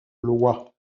loi